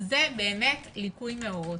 זה באמת ליקוי מאורות.